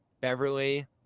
Beverly